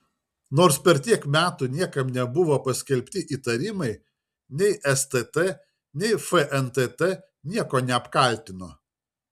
nors per tiek metų niekam nebuvo paskelbti įtarimai nei stt nei fntt nieko neapkaltino